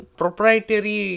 proprietary